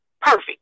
perfect